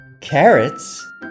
Carrots